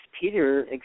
Peter